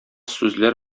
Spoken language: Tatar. сүзләр